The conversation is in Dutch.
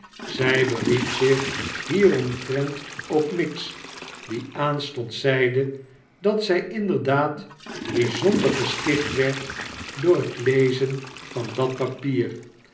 zij beriep zich hieromtrent op miggs die aanstonds zeide dat zij inderdaad bijzonder gesticht werd door het lezen van dat papier